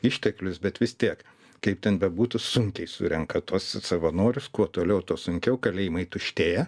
išteklius bet vis tiek kaip ten bebūtų sunkiai surenka tuos savanorius kuo toliau tuo sunkiau kalėjimai tuštėja